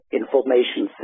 information